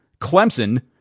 Clemson